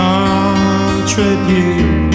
Contribute